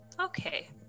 Okay